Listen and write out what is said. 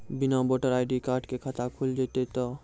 बिना voter ID card के खाता खुल जैते तो?